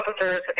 officers